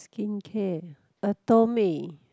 skincare Atomy